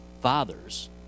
fathers